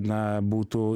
na būtų